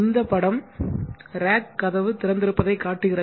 இந்த படம் ரேக் கதவு திறந்திருப்பதைக் காட்டுகிறது